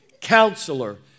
Counselor